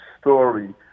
story